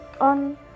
on